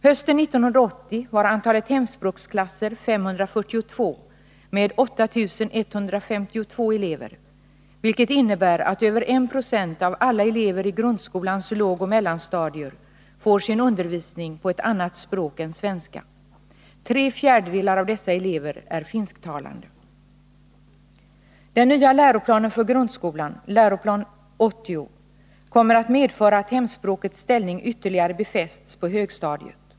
Hösten 1980 var antalet hemspråksklasser 542 med 8 152 elever, vilket innebär att över I 96 av alla elever i grundskolans lå och mellanstadier får sin undervisning på ett annat språk än svenska. Tre fjärdedelar av dessa elever är finsktalande. Den nya läroplanen för grundskolan, Lgr 80. kommer att medföra att hemspråkets ställning ytterligare befästs på högstadiet.